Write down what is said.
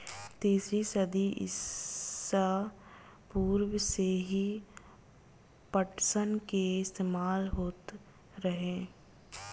तीसरी सताब्दी ईसा पूर्व से ही पटसन के इस्तेमाल होत रहे